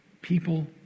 People